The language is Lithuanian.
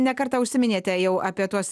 ne kartą užsiminėte jau apie tuos